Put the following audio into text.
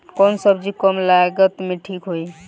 कौन सबजी कम लागत मे ठिक होई?